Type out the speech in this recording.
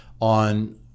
on